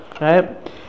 right